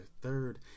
third